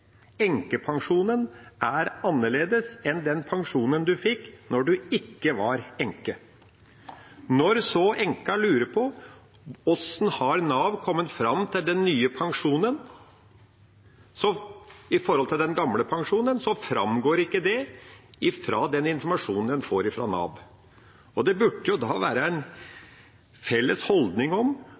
er annerledes enn den pensjonen en fikk da en ikke var enke. Når enka så lurer på hvordan Nav har kommet fram til den nye pensjonen i forhold til den gamle pensjonen, framgår ikke det i den informasjonen en får fra Nav. Det burde være en felles holdning om